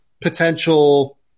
potential